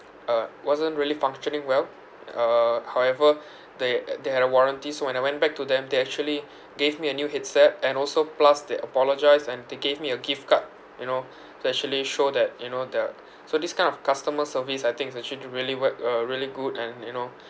uh wasn't really functioning well uh however they uh they had a warranty so when I went back to them they actually gave me a new headset and also plus they apologised and they gave me a gift card you know to actually show that you know their so this kind of customer service I think it's actually it really work uh really good and you know